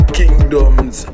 kingdoms